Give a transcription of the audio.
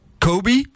Kobe